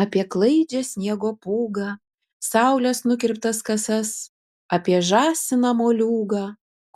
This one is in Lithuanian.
apie klaidžią sniego pūgą saulės nukirptas kasas apie žąsiną moliūgą